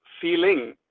feeling